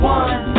one